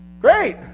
great